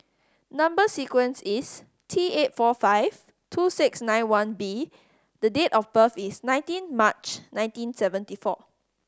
number sequence is T eight four five two six nine one B the date of birth is nineteen March nineteen seventy four